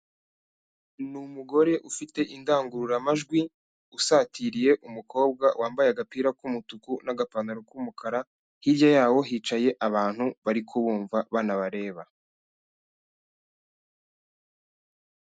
Ni umugore ufite indangururamajwi, usatiriye umukobwa wambaye agapira k'umutuku n'agapantaro k'umukara, hirya yawo hicaye abantu bari kubumva, banabareba.